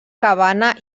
cabana